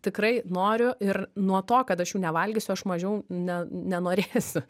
tikrai noriu ir nuo to kad aš jų nevalgysiu aš mažiau ne nenorėsiu